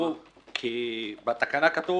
כי בתקנה כתוב